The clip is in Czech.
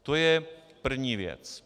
To je první věc.